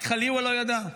רק חליוה לא ידע?